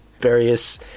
various